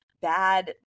bad